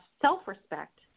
self-respect